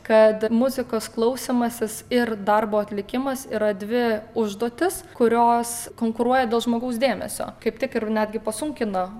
kad muzikos klausymasis ir darbo atlikimas yra dvi užduotis kurios konkuruoja dėl žmogaus dėmesio kaip tik ir netgi pasunkina